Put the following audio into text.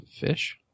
fish